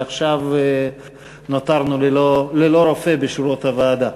ועכשיו נותרנו ללא רופא בשורות הוועדה.